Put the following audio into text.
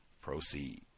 Proceed